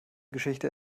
geschichte